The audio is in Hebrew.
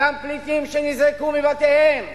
אותם פליטים שנזרקו מבתיהם,